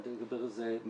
אני אדבר על זה מייד.